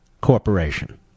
corporation